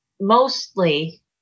mostly